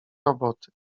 roboty